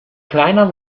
kleiner